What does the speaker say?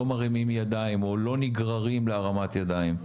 מרימים ידיים או לא נגררים להרמת ידיים?